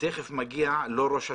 תיכף מגיע לו ראש השנה,